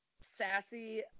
sassy